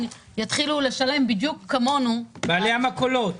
יתחילו לשלם בדיוק כמונו --- בעלי המכולות.